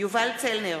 יובל צלנר,